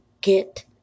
get